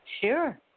Sure